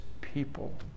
people